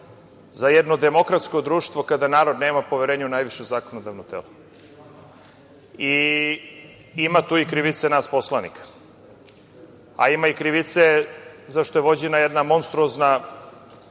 za jedno demokratsko društvo kada narod nema poverenje u najviše zakonodavno telo. Ima tu i krivice nas poslanika, a ima i krivice zato što je vođena jedna monstruozna